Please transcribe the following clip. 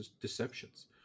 deceptions